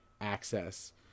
access